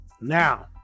Now